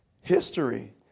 History